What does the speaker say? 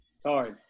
Sorry